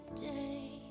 day